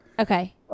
Okay